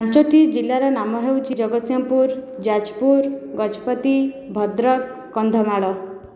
ପାଞ୍ଚଟି ଜିଲ୍ଲାର ନାମ ହେଉଛି ଜଗତସିଂହପୁର ଯାଜପୁର ଗଜପତି ଭଦ୍ରକ କନ୍ଧମାଳ